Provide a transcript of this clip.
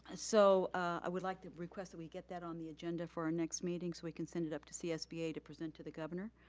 and so i would like to request that we get that on the agenda for our next meeting so we can send it up to cspa to present to the governor.